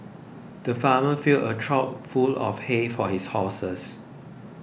the farmer filled a trough full of hay for his horses